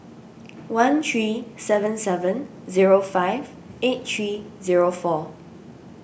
one three seven seven zero five eight three zero four